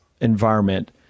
environment